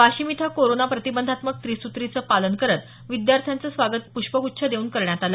वाशिम इथं कोरोना प्रतिबंधात्मक त्रिसूत्रीचं पालन करत विद्यार्थ्यांचं स्वागत पुष्प गुच्छ देऊन करण्यात आलं